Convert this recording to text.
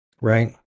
Right